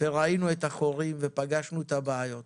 והיום ראינו את זה ופגשנו את הבעיות.